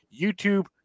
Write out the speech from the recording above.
YouTube